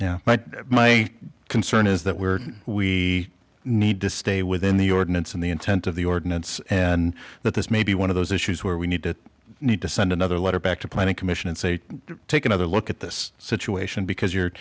but my concern is that we're we need to stay within the ordinance and the intent of the ordinance and that this may be one of those issues where we need to need to send another letter back to planning commission and say take another look at this situation because you're